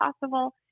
possible